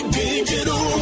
digital